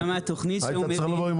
-- גם מהשר, גם מהתכנית שהוא מביא.